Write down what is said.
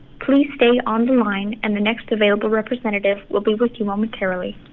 please stay on the line, and the next available representative will be with you momentarily